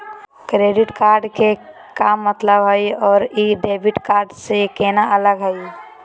Credit card के का मतलब हई अरू ई डेबिट कार्ड स केना अलग हई?